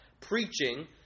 preaching